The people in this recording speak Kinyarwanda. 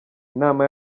inama